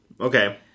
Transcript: Okay